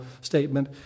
statement